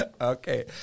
Okay